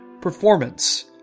performance